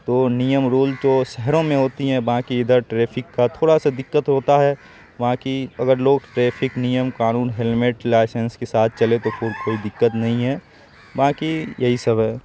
تو نیم رول تو شہروں میں ہوتی ہیں باقی ادھر ٹریفک کا تھوڑا سا دقت ہوتا ہے وہاں کی اگر لوگ ٹریفک نیم قانون ہیلمنٹ لائنسس کے ساتھ چلیں تو کوئی دقت نہیں ہے باقی یہی سب ہے